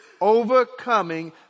Overcoming